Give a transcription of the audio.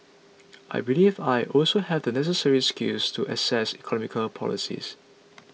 I believe I also have the necessary skills to assess economic policies